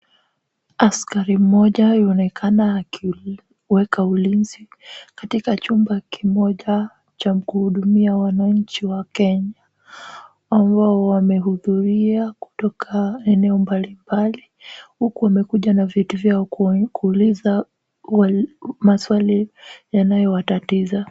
Askari mmoja yuaonekana akiweka ulinzi katika chumba kimoja cha kuhudumia wananchi wa kenya ambao wamehudhuria kutoka eneo mbalimbali huku wamekuja na vitu vyao kuuliza maswali yanayowatatiza.